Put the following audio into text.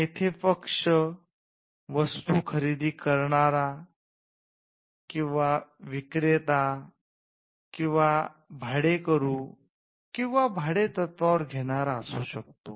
येथे पक्ष वस्तू खरेदी करणारा किंवा विक्रेता किंवा भाडेकरू किंवा भाडेतत्त्वावर घेणारा असू शकतो